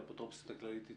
האפוטרופסה הכללית.